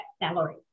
salary